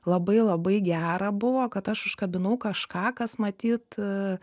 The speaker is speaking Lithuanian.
labai labai gera buvo kad aš užkabinau kažką kas matyt